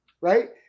right